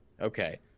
Okay